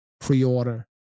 pre-order